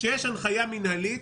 כשיש הנחיה מינהלית,